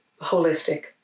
holistic